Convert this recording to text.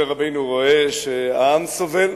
משה רבנו רואה שהעם סובל.